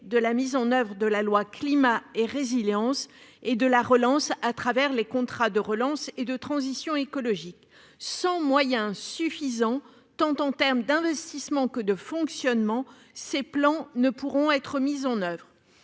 de la mise en oeuvre de la loi Climat et résilience et de la relance, les contrats de relance et de transition écologique. Sans moyens suffisants, tant en investissement qu'en fonctionnement, ces plans ne pourront pas être mis en